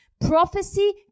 Prophecy